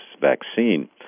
vaccine